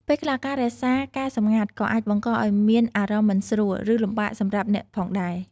ពេលខ្លះ ការរក្សាការសម្ងាត់ក៏អាចបង្កឱ្យមានអារម្មណ៍មិនស្រួល ឬលំបាកសម្រាប់អ្នកផងដែរ។